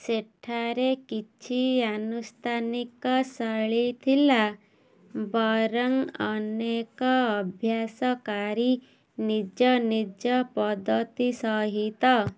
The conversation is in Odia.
ସେଠାରେ କିଛି ଆନୁଷ୍ଠାନିକ ଶୈଳୀ ଥିଲା ବରଂ ଅନେକ ଅଭ୍ୟାସକାରୀ ନିଜ ନିଜ ପଦ୍ଧତି ସହିତ